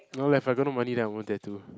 no left I got no money then I won't tattoo